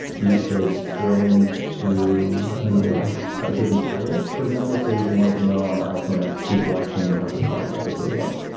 you could drill in to, i don't know what else, a given title. for example, let's say you and wanted to know on the iphone x who's watching house of cards episode one,